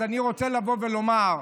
אז אני רוצה לבוא ולומר: